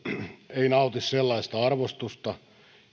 ei nauti sellaista arvostusta